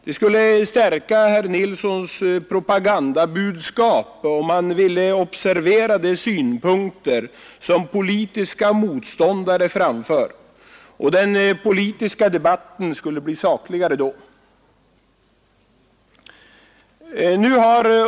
Det skulle stärka herr Nilssons propagandabudskap om han ville observera de synpunkter som politiska motståndare framför, och den politiska debatten skulle bli sakligare då.